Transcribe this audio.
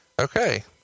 Okay